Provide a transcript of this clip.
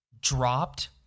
dropped